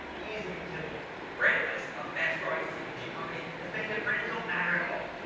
easy utility. brandless, a fast-growing cpg company is betting that brands don't matter at all.